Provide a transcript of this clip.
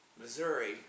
Missouri